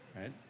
right